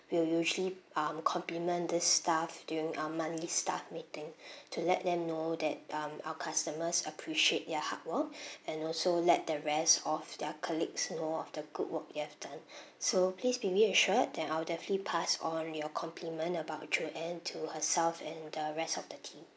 we'll usually um compliment the staff during um monthly staff meeting to let them know that um our customers appreciate their hard work and also let the rest of their colleagues know of the good work they have done so please be reassured that I'll definitely pass on your compliment about joanne to herself and the rest of the team